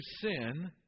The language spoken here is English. sin